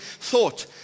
thought